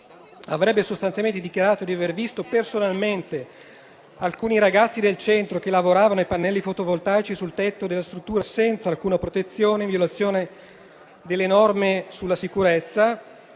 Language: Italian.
avrebbe sostanzialmente dichiarato di aver visto personalmente alcuni ragazzi del centro che lavoravano ai pannelli fotovoltaici sul tetto della struttura senza alcuna protezione, in violazione delle norme sulla sicurezza.